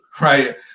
right